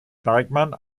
bergman